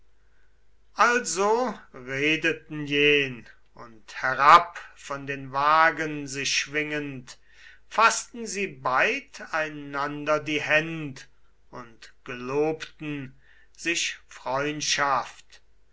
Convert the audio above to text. also redeten jen und herab von den wagen sich schwingend faßten sie beid einander die händ und gelobten sich freundschaft